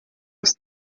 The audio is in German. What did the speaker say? ist